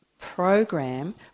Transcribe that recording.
program